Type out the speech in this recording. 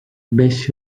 beş